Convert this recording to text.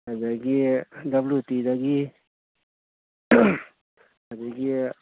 ꯑꯗꯒꯤ ꯗꯕ꯭ꯂꯨꯇꯤꯗꯒꯤ ꯑꯗꯒꯤ